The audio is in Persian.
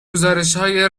گزارشهای